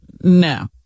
No